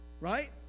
Right